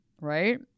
Right